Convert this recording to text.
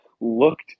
looked